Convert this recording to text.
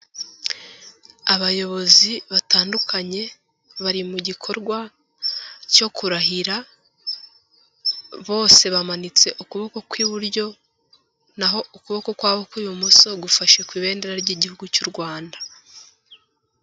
Abayobozi batandukanye bari mu gikorwa cyo kurahira, bose bamanitse ukuboko kw'iburyo, na ho ukuboko kwabo kw' ibumoso gufashe ku ibendera ry'igihugu cy'u Rwanda.